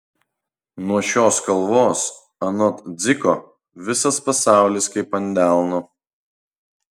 nuo šios kalvos anot dziko visas pasaulis kaip ant delno